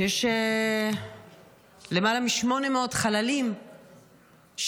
הם הרבה, אגב, שיש למעלה מ-800 חללים שנפלו,